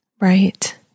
Right